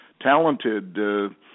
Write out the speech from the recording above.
talented